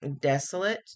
desolate